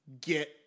get